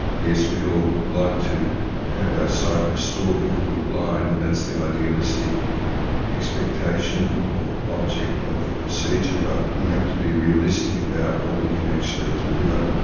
yes, we'd all like to have our sight restored if we were blind and that's the idealistic expectation or object of the procedure, but we have to be realistic about what we can actually deliver,